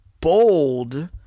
bold